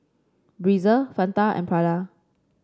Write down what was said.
Breezer Fanta and Prada